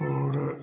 और